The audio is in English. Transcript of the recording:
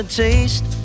taste